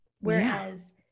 Whereas